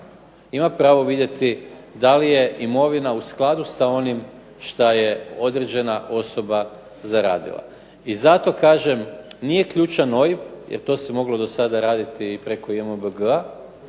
Ima pravo vidjeti da li je imovina u skladu sa onim što je određena osoba zaradila. I zato kažem nije ključan OIB jer to se moglo dosada raditi i preko JMBG-a;